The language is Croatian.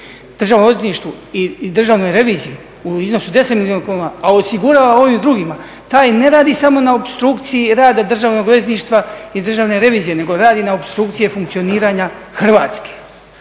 Državnom odvjetništvu i Državnoj reviziji u iznosu od 10 milijuna kuna, a osigurava ovim drugima taj ne radi samo na opstrukciji rada Državnog odvjetništva i Državne revizije nego radi na opstrukciji funkcioniranja Hrvatske.